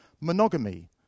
monogamy